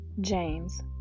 James